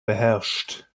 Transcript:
beherrscht